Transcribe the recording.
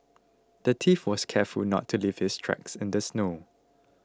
the thief was careful to not leave his tracks in the snow